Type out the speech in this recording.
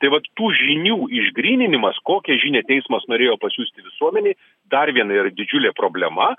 tai vat tų žinių išgryninimas kokią žinią teismas norėjo pasiųsti visuomenei dar viena yra didžiulė problema